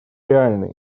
реальны